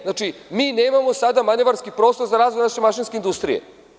Znači, mi nemamo sada manevarski prostor za razvoj naše mašinske industrije.